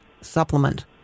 supplement